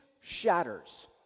shatters